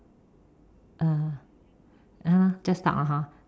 err err just talk lah hor